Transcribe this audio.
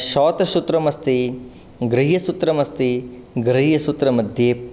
श्रौतसूत्रमस्ति गृह्यसूत्रमस्ति गृह्यसूत्रमध्ये